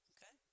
Okay